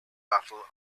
battle